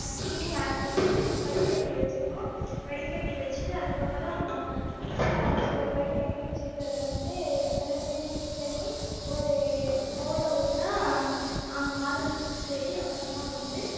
சீனி ஆட் பண்ணிட்டு வடிகட்டி வச்சுருவோம் வடிகட்டி வச்சுட்டு அதுக்கப்புறம் மா மிக்ஸியில் அரைச்சு வடிகட்டி வச்சுருக்கறத வந்து ரெண்டுத்தையும் மிக்ஸ் பண்ணி ஒரு பௌலில் ஊற்றினா மாதுளை ஜூஸ் ரெடி அப்புறமா வந்து